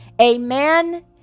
Amen